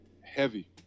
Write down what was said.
Heavy